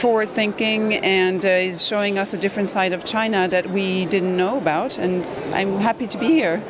forward thinking and showing us a different side of china that we didn't know about and i'm happy to be her